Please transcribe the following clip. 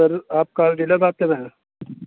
سر آپ car dealer بات کر رہے ہیں